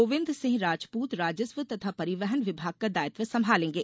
गोविन्द सिंह राजपूत राजस्व तथा परिवहन विभाग का दायित्व सम्भालेंगे